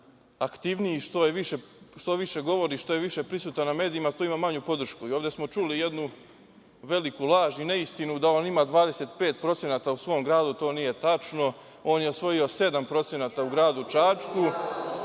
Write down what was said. što više govori, što je više prisutan na medijima, to ima manju podršku. Ovde smo čuli jednu veliku laž i neistinu, da on ima 25% u svom gradu. To nije tačno. On je osvojio 7% u gradu Čačku